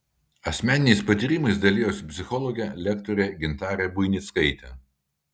asmeniniais patyrimais dalijasi psichologė lektorė gintarė buinickaitė